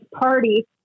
party